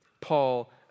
Paul